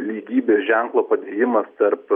lygybės ženklo padėjimas tarp